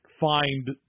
find